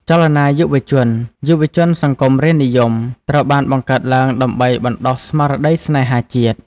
ចលនាយុវជន "យុវជនសង្គមរាស្រ្តនិយម" ត្រូវបានបង្កើតឡើងដើម្បីបណ្តុះស្មារតីស្នេហាជាតិ។